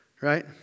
right